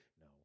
No